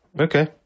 okay